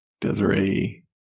Desiree